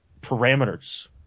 parameters